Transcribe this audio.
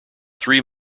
three